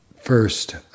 First